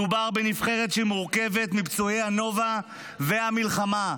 מדובר בנבחרת שמורכבת מפצועי הנובה והמלחמה.